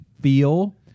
feel